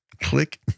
click